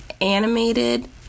animated